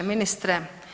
Ministre.